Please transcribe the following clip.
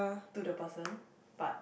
to the person but